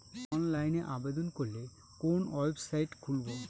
অনলাইনে আবেদন করলে কোন ওয়েবসাইট খুলব?